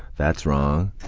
that's wrong,